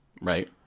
right